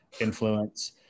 influence